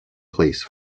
place